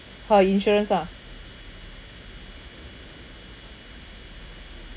her insurance ah